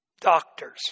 Doctors